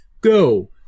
Go